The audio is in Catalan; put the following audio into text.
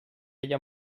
ella